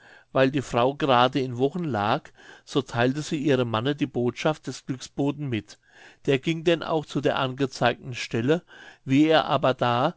weil die frau gerade in wochen lag so theilte sie ihrem manne die botschaft des glücksboten mit der ging denn auch zu der angezeigten stelle wie er aber da